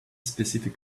specific